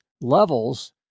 levels